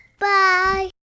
bye